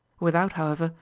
without, however,